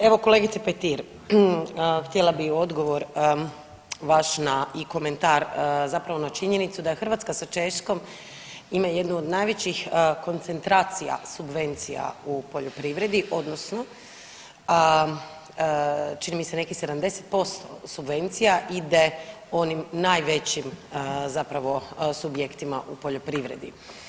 Pa evo kolegice Petir, htjela bi u odgovor vaš na i komentar zapravo na činjenicu da je Hrvatska sa Češkom ima jednu od najvećih koncentracija subvencija u poljoprivredi odnosno čini mi se nekih 70% subvencija ide onim najvećim subjektima u poljoprivredi.